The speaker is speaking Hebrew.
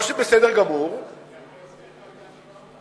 מה שבסדר גמור, אני יכול להסביר לך, ?